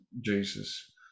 Jesus